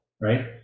right